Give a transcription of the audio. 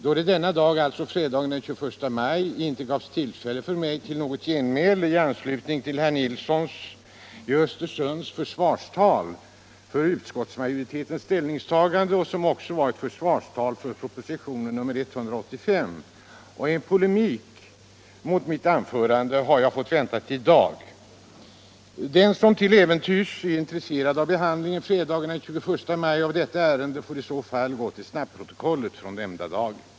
Då det fredagen den 21 maj inte gavs tillfälle för mig till något genmäle i anslutning till herr Nilssons i Östersund försvarstal för utskottsmajoritetens ställningstagande, som också var ett försvar för propositionen nr 185 och en polemik mot mitt anförande, har jag fått vänta till i dag. Den som till äventyrs är intresserad av behandlingen fredagen den 21 maj får gå till snabbprotokollet från den dagen.